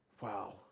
wow